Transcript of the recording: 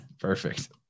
Perfect